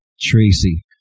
Tracy